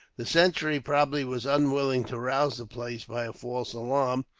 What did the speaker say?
the sentry probably was unwilling to rouse the place by a false alarm,